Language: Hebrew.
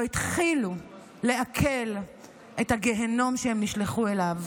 התחילו לעכל את הגיהינום שהם נשלחו אליו.